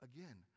Again